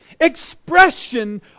expression